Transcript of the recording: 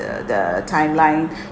the the timeline